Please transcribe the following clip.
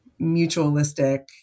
mutualistic